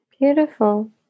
beautiful